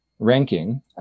Ranking